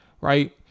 right